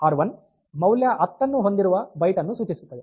ಈ ಸಂದರ್ಭದಲ್ಲಿ ಆರ್1 ಮೌಲ್ಯ 10 ಅನ್ನು ಹೊಂದಿರುವ ಬೈಟ್ ಅನ್ನು ಸೂಚಿಸುತ್ತದೆ